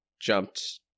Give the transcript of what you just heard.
jumped